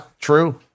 true